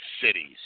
cities